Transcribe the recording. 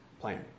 plan